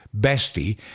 Bestie